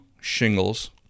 shingles